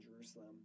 Jerusalem